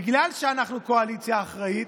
בגלל שאנחנו קואליציה אחראית,